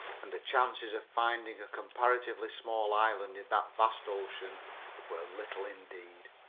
and the chances of finding a comparatively small island in that vast ocean were little indeed.